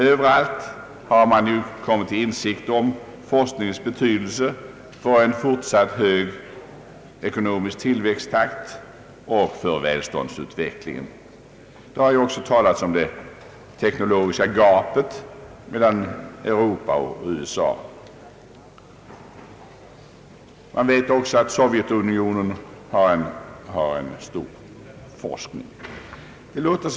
Överallt har man kommit till insikt om forskningens betydelse för en fortsatt hög ekonomisk tillväxttakt och för välståndsutvecklingen. Det har också talats om det teknologiska gapet mellan Europa och USA. Vi vet också att Sovjet har en betydande forskningsverksamhet.